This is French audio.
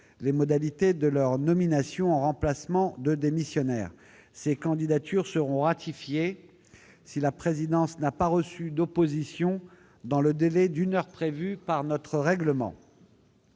les modalités de leur nomination en remplacement de démissionnaires. Ces candidatures seront ratifiées si la présidence n'a pas reçu d'opposition dans le délai d'une heure prévu par notre règlement.